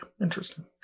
interesting